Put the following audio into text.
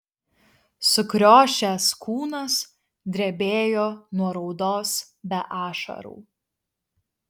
sukriošęs kūnas drebėjo nuo raudos be ašarų